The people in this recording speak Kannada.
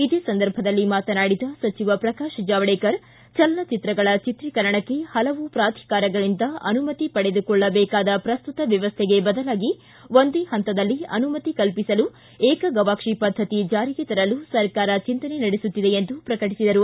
ಇದೇ ಸಂದರ್ಭದಲ್ಲಿ ಮಾತನಾಡಿದ ಸಚಿವ ಪ್ರಕಾಶ್ ಜಾವಡೇಕರ್ ಚಲನಚಿತ್ರಗಳ ಚಿತ್ರೀಕರಣಕ್ಕೆ ಹಲವು ಪ್ರಾಧಿಕಾರಿಗಳಿಂದ ಅನುಮತಿ ಪಡೆದುಕೊಳ್ಳಬೇಕಾದ ಪ್ರಸ್ತುತ ವ್ಣವಸ್ಥೆಗೆ ಬದಲಾಗಿ ಒಂದೇ ಹಂತದಲ್ಲಿ ಅನುಮತಿ ಕಲ್ಪಿಸಲು ಏಕ ಗವಾಕ್ಸಿ ಪದ್ದತಿ ಜಾರಿಗೆ ತರಲು ಸರ್ಕಾರ ಚಿಂತನೆ ನಡೆಸುತ್ತಿದೆ ಎಂದು ಪ್ರಕಟಿಸಿದರು